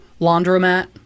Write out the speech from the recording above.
Laundromat